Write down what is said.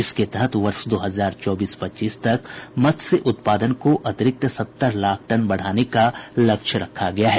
इसके तहत वर्ष दो हजार चौबीस पच्चीस तक मत्स्य उत्पादन को अतिरिक्त सत्तर लाख टन बढ़ाने का लक्ष्य रखा गया है